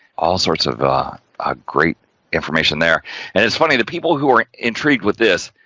all sorts of ah great information there and it's funny the people who are intrigued with this,